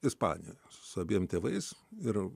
ispanioj su abiem tėvais ir